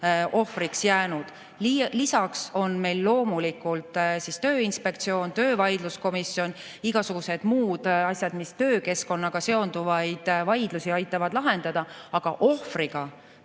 ohvriks jäänud. Lisaks on meil loomulikult Tööinspektsioon, töövaidluskomisjon ja igasugused muud võimalused, mis töökeskkonnaga seonduvaid vaidlusi aitavad lahendada. Aga ohvriga